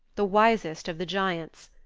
the wisest of the giants,